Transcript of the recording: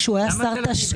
כשהוא היה שר התשתיות.